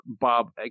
Bob